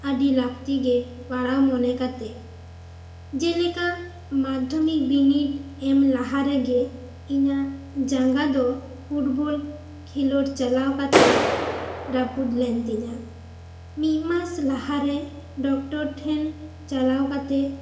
ᱟᱹᱰᱤ ᱞᱟᱹᱠᱛᱤ ᱜᱮ ᱯᱟᱲᱟᱣ ᱢᱚᱱᱮ ᱠᱟᱛᱮ ᱡᱮ ᱞᱮᱠᱟ ᱢᱟᱫᱷᱭᱚᱢᱤᱠ ᱵᱤᱱᱤᱰ ᱮᱢ ᱞᱟᱦᱟ ᱨᱮᱜᱮ ᱤᱧᱟᱹᱜ ᱡᱟᱸᱜᱟ ᱫᱚ ᱯᱷᱩᱴᱵᱚᱞ ᱠᱷᱮᱞᱳᱰ ᱪᱟᱞᱟᱣ ᱠᱟᱛᱮᱜ ᱨᱟᱹᱯᱩᱫ ᱞᱮᱱ ᱛᱤᱧᱟᱹ ᱢᱤᱫ ᱢᱟᱥ ᱞᱟᱦᱟ ᱨᱮ ᱰᱚᱠᱴᱚᱨ ᱴᱷᱮᱱ ᱪᱟᱞᱟᱣ ᱠᱟᱛᱮᱜ